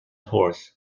horse